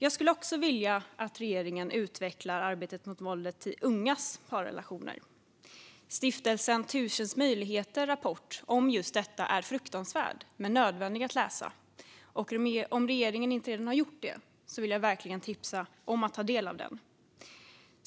Jag skulle också vilja att regeringen utvecklade arbetet mot våldet i ungas parrelationer. Stiftelsen 1000 Möjligheters rapport om just detta är fruktansvärd men nödvändig att läsa. Om regeringen inte redan har tagit del av den vill jag verkligen tipsa om att man bör göra det.